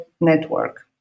network